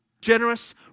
generous